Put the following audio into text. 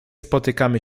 spotykamy